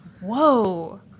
Whoa